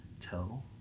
tell